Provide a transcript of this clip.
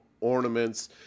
ornaments